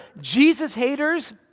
Jesus-haters